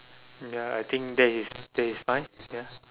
ya I think that is that is fine ya